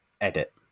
edit